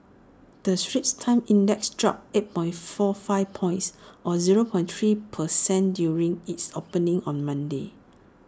the straits times index dropped eight point four five points or zero point three per cent during its opening on Monday